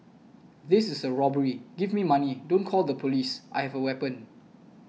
this is a robbery give me money don't call the police I have a weapon